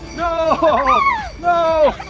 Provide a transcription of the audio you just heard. no, no!